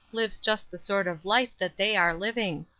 lives just the sort of life that they are living.